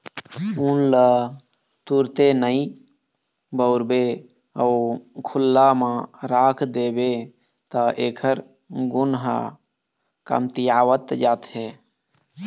ऊन ल तुरते नइ बउरबे अउ खुल्ला म राख देबे त एखर गुन ह कमतियावत जाथे